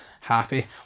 happy